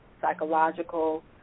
psychological